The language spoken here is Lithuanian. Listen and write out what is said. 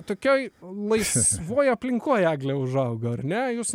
tokioj laisvoj aplinkoj eglė užaugo ar ne jūs